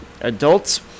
adults